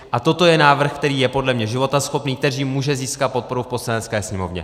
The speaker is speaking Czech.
A toto je návrh, který je podle mě životaschopný, který může získat podporu v Poslanecké sněmovně.